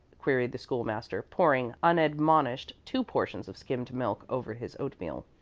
queried the school-master, pouring unadmonished two portions of skimmed milk over his oatmeal.